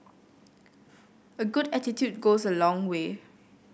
a good attitude goes a long way